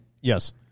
Yes